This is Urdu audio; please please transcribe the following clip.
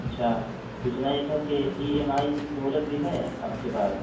اچھا پوچھنا یہ تھا کہ ای ایم آئی کی سہولت بھی ہے آپ کے پاس